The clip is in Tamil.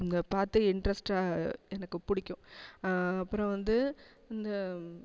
அங்கே பார்த்து இன்ட்ரஸ்ட்டாக எனக்கு பிடிக்கும் அப்புறம் வந்து இந்த